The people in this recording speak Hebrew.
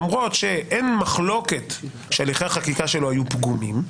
למרות שאין מחלוקת שהליכי החקיקה שלו היו פגומים,